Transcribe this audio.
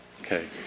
Okay